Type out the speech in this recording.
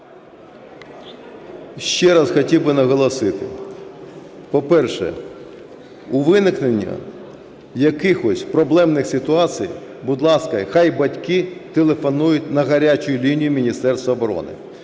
Ще раз хотів би наголосити. По-перше, при виникненні якихось проблемних ситуацій, будь ласка, хай батьки телефонують на "гарячу лінію" Міністерства оборони.